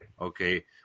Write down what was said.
Okay